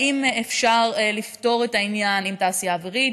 אפשר לפתור את העניין עם התעשייה האווירית.